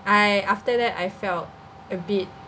I after that I felt a bit